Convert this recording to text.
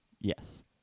Yes